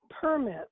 permit